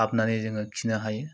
हाबनानै जोङो खिनो हायो